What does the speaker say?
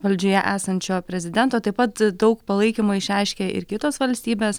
valdžioje esančio prezidento taip pat daug palaikymo išreiškė ir kitos valstybės